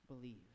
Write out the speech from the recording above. believe